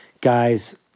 Guys